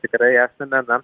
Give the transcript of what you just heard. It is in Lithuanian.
tikrai esame na